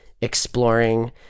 exploring